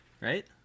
right